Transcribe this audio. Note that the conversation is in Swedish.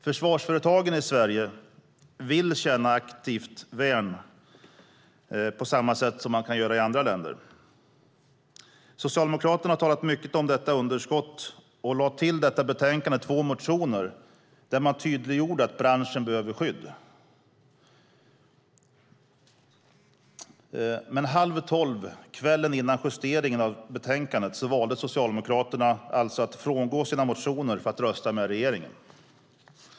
Försvarsföretagen i Sverige vill känna aktivt värn på samma sätt som det är i andra länder. Socialdemokraterna har talat mycket om detta underskott, och i detta betänkande har man två motioner, där man har tydliggjort att branschen behöver skydd. Men halv tolv kvällen före justeringen av betänkandet valde Socialdemokraterna att frångå sina motioner för att rösta med regeringspartierna.